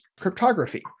Cryptography